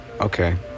okay